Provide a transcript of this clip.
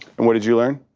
and what did you learn?